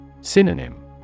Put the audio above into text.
Synonym